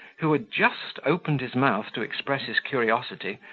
who had just opened his mouth to express his curiosity,